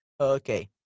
Okay